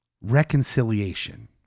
reconciliation